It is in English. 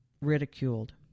ridiculed